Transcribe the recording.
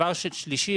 שלישית,